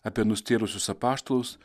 apie nustėrusius apaštalus